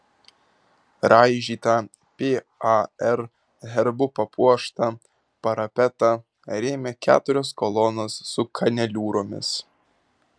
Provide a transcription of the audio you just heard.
raižytą par herbu papuoštą parapetą rėmė keturios kolonos su kaneliūromis